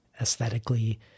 aesthetically